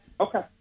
Okay